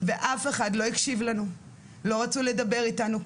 ואף אחד לא הקשיב לנו ולא רצו לדבר איתנו.